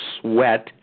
Sweat